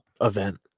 event